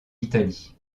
italie